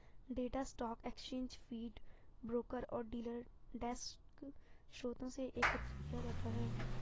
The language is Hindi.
data stock exchange feed, broker और डीलर डेस्क स्रोतों से एकत्र किया जाता है